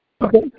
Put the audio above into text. Okay